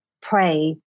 Pray